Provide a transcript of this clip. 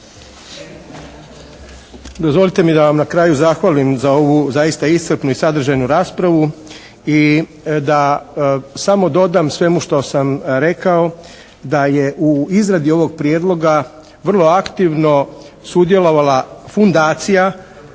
Dozvolite mi da vam na kraju zahvalim za ovu zaista iscrpnu i sadržajnu raspravu i da samo dodam svemu što sam rekao da je u izradi ovog Prijedloga vrlo aktivno sudjelovala fundacija